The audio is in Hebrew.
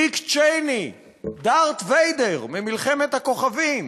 דיק צ'ייני, דארת ויידר מ"מלחמת הכוכבים",